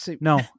no